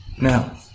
Now